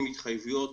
עם התחייבויות,